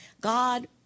God